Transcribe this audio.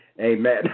Amen